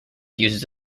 uses